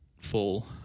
full